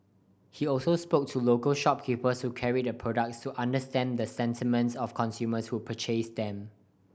he also spoke to local shopkeepers who carried the products to understand the sentiments of consumers who purchased them